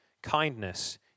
kindness